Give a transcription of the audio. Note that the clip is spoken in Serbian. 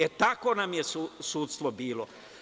E, tako nam je sudstvo bilo.